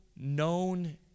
known